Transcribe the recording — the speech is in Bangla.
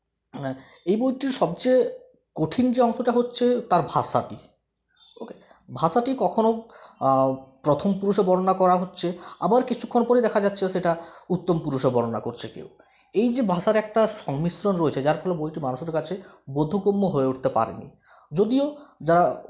হ্যাঁ এই বইটির সবচেয়ে কঠিন যে অংশটা হচ্ছে তার ভাষাটি ভাষাটি কখনো প্রথম পুরুষে বর্ণনা করা হচ্ছে আবার কিছুক্ষণ পরে দেখা যাচ্ছে সেটা উত্তম পুরুষে বর্ণনা করছে কেউ এই যে ভাষার একটি সংমিশ্রণ রয়েছে যার ফলে বইটি মানুষের কাছে বোধগম্য হয়ে উঠতে পারেনি যদিও যা